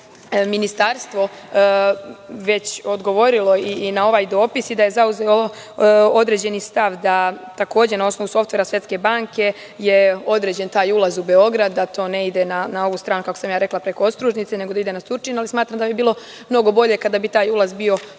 samo ministarstvo već odgovorilo i na ovaj dopis i da je zauzelo određeni stav, da na osnovu softvera Svetske banke je određen taj ulaz u Beograd, da to ne ide na ovu stranu kako sam ja rekla, preko Ostružnice, nego da ide na Surčin, ali smatram da bi bilo mnogo bolje kada bi taj ulaz mnogo bliži